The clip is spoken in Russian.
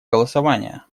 голосования